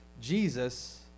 Jesus